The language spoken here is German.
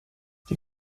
die